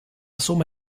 somma